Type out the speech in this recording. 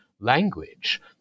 language